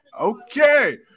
Okay